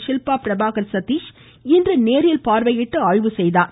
ஷில்பா பிரபாகர் சதீஷ் இன்று நெரில் பார்வையிட்டு ஆய்வு செய்தார்